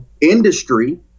industry